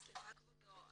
סליחה, כבודו.